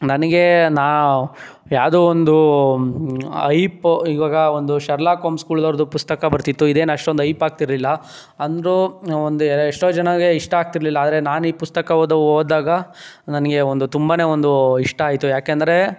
ನನಗೆ ನಾವು ಯಾವುದೋ ಒಂದು ಐಪ್ ಇವಾಗ ಒಂದು ಶರ್ಲಾಕ್ ವಂಶಗಳ್ದೋರದ್ದು ಪುಸ್ತಕ ಬರ್ತಿತ್ತು ಇದೇನು ಅಷ್ಟೊಂದು ಐಪ್ ಆಗ್ತಿರಲಿಲ್ಲ ಅಂದರೂ ಒಂದು ಎಷ್ಟೋ ಜನಕ್ಕೆ ಇಷ್ಟ ಆಗ್ತಿರಲಿಲ್ಲ ಆರೆ ನಾನು ಈ ಪುಸ್ತಕ ಓದೋ ಓದಿದಾಗ ನನಗೆ ಒಂದು ತುಂಬನೇ ಒಂದು ಇಷ್ಟ ಆಯಿತು ಏಕೆಂದರೆ